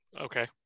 okay